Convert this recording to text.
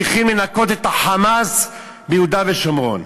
צריכים לנקות את ה"חמאס" מיהודה ושומרון,